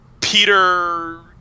Peter